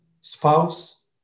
spouse